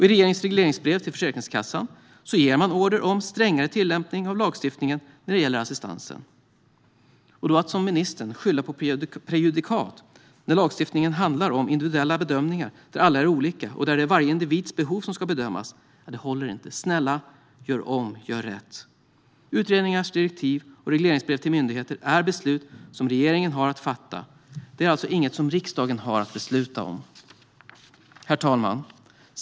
I regeringens regleringsbrev till Försäkringskassan ger man order om strängare tillämpning av lagstiftningen när det gäller assistansen. Att då som ministern skylla på prejudikat, när lagstiftningen handlar om individuella bedömningar där alla är olika och där det är varje individs behov som ska bedömas, håller inte. Snälla, gör om och gör rätt! Utredningsdirektiv och regleringsbrev till myndigheter är det regeringen som ska fatta beslut om. Det är alltså inget som riksdagen har att besluta om. Herr talman!